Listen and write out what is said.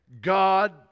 God